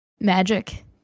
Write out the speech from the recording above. Magic